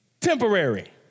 Temporary